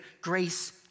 grace